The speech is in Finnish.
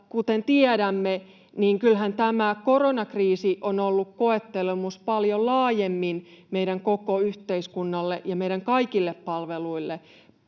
tämä koronakriisi on ollut koettelemus paljon laajemmin meidän koko yhteiskunnalle ja meidän kaikille palveluille